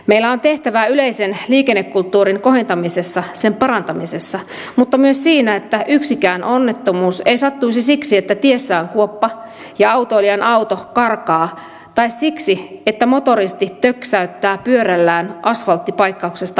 meillä on tehtävää yleisen liikennekulttuurin kohentamisessa sen parantamisessa mutta myös siinä että yksikään onnettomuus ei sattuisi siksi että tiessä on kuoppa ja autoilijan auto karkaa tai siksi että motoristi töksäyttää pyörällään asfalttipaikkauksesta aiheutuneeseen uraan